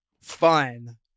fun